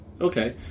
Okay